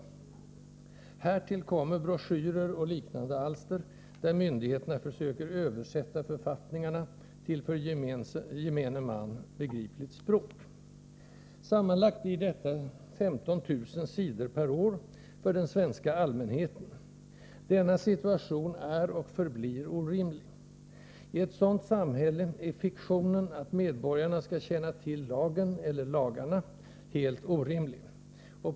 Härtill kommer broschyrer och liknande alster, där myndigheterna försöker översätta författningarna till för gemene man begripligt språk. Sammanlagt blir detta 15 000 sidor per år för den svenska ”allmänheten”. Denna situation är och förblir orimlig. I ett sådant samhälle är fiktionen att medborgarna skall känna till lagen — eller lagarna — helt orimlig.